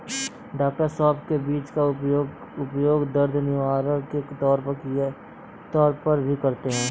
डॉ सौफ के बीज का उपयोग दर्द निवारक के तौर पर भी करते हैं